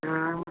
हा